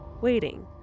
waiting